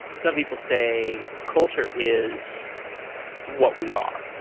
some people say culture is what we are.